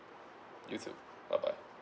you too bye bye